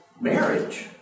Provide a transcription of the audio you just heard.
marriage